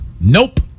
Nope